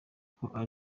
kuko